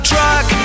Truck